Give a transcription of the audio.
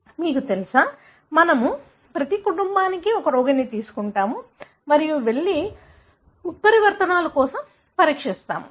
మీకు తెలుసా మనము ప్రతి కుటుంబానికి ఒక రోగిని తీసుకుంటాము మరియు మీరు వెళ్లి ఉత్పరివర్తనాల కోసం పరీక్షించండి